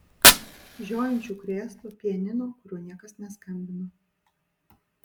žiojinčių krėslų pianino kuriuo niekas neskambino